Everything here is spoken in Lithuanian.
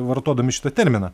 vartodami šitą terminą